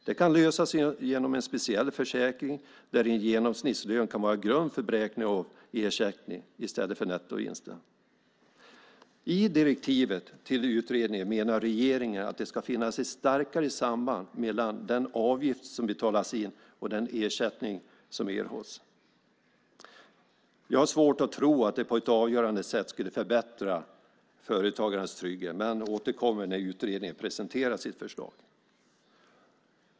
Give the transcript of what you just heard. Det kan lösas genom en speciell försäkring, där en genomsnittslön kan vara grund för beräkning av ersättning i stället för nettovinsten. I direktivet till utredningen menar regeringen att det ska finnas ett starkare samband mellan den avgift som betalas in och den ersättning som erhålls. Jag har svårt att tro att det på ett avgörande sätt skulle förbättra företagarens trygghet men återkommer när utredningen presenterat sitt förslag.